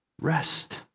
Rest